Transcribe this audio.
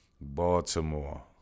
Baltimore